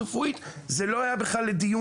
רפואית אחרת זה לא היה עולה לדיון,